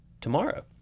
tomorrow